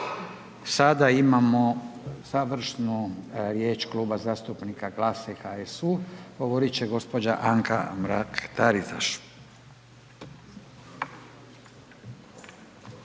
Sada imamo završnu riječ Kluba zastupnika GLAS-a i HSU, govoriti će gđa. Anka Mrak Taritaš.